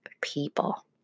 people